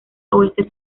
oeste